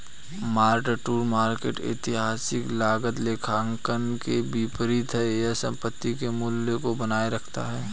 mark to market ऐतिहासिक लागत लेखांकन के विपरीत है यह संपत्ति के मूल्य को बनाए रखता है